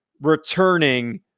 returning